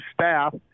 staff